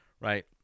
Right